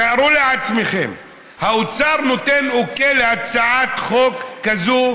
תארו לעצמכם, האוצר נותן אוקיי להצעת חוק כזו,